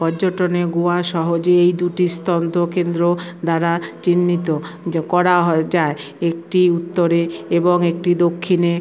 পর্যটনে গোয়া সহজেই এই দুটি দ্বারা চিহ্নিত করা হয় যায় একটি উত্তরে এবং একটি দক্ষিণে